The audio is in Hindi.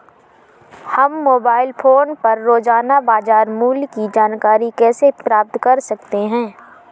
हम मोबाइल फोन पर रोजाना बाजार मूल्य की जानकारी कैसे प्राप्त कर सकते हैं?